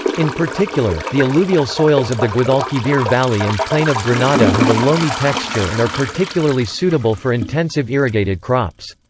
in particular, the alluvial soils of the guadalquivir valley and plain of granada have a loamy texture and are particularly suitable for intensive irrigated crops.